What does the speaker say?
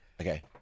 Okay